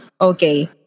okay